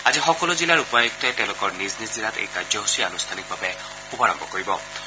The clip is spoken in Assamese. আজি সকলো জিলাৰ উপায়ক্তই তেওঁলোকৰ নিজ জিলাত এই কাৰ্যসচী আনুষ্ঠানিকভাৱে শুভাৰম্ভ কৰা হ'ব